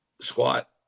squat